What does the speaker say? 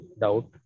doubt